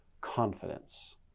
confidence